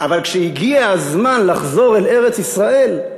אבל כשהגיע הזמן לחזור אל ארץ-ישראל,